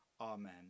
Amen